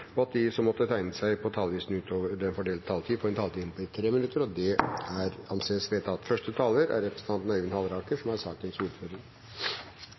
og at de som måtte tegne seg på talerlisten utover den fordelte taletid, får en taletid på inntil 3 minutter. – Det anses vedtatt. Dette er en sak vi har årlig i denne sal, og det